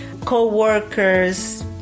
co-workers